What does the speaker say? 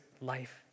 life